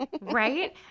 Right